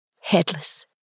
headless